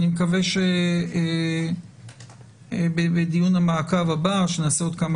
אני מקווה שבדיון המעקב הבא שנעשה עוד כמה